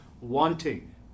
wanting